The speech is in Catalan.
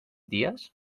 dies